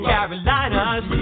Carolinas